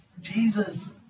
Jesus